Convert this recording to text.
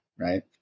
Right